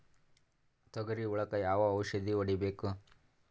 ತೊಗರಿ ಹುಳಕ ಯಾವ ಔಷಧಿ ಹೋಡಿಬೇಕು?